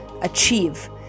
achieve